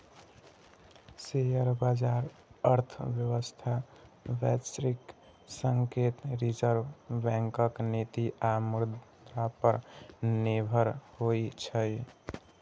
share बाजार अर्थव्यवस्था, वैश्विक संकेत, रिजर्व बैंकक नीति आ मुद्रा पर निर्भर होइ छै